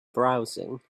browsing